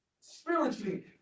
spiritually